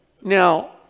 Now